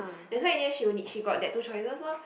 that's why in the end she only she got that two choices lor